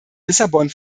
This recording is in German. lissabon